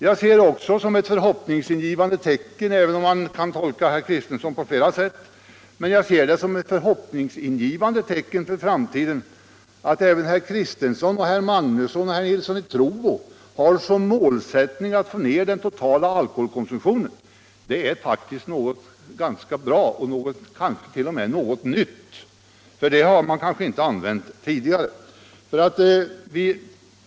Jag ser det också som ett hoppingivande tecken för framtiden — även om man kan tolka herr Kristenson på flera sätt — att också herr Kristenson, herr Magnusson i Borås och herr Nilsson i Trobro har som målsättning att få ner den totala alkoholkonsumtionen. Det är faktiskt något ganska bra och t.o.m. något nytt, för den målsättningen har man kanske inte redovisat tidigare.